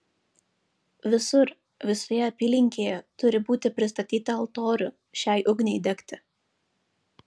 visur visoje apylinkėje turi būti pristatyta altorių šiai ugniai degti